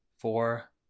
four